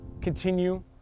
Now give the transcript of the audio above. continue